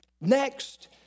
Next